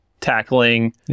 tackling